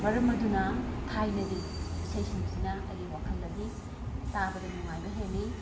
ꯃꯔꯝ ꯑꯗꯨꯅ ꯊꯥꯏꯅꯒꯤ ꯏꯁꯩꯁꯤꯡꯁꯤꯅ ꯑꯩꯒꯤ ꯋꯥꯈꯜꯗꯗꯤ ꯇꯥꯕꯗ ꯅꯨꯡꯉꯥꯏꯕ ꯍꯦꯜꯂꯤ